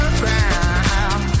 ground